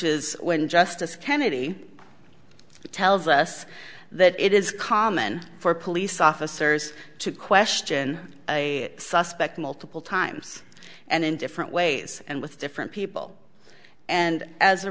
is when justice kennedy tells us that it is common for police officers to question a suspect multiple times and in different ways and with different people and as a